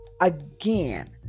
Again